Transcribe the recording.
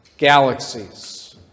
galaxies